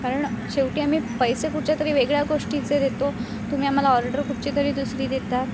कारण शेवटी आम्ही पैसे कुठच्यातरी वेगळ्या गोष्टीचे देतो तुम्ही आम्हाला ऑर्डर कुठची तरी दुसरी देता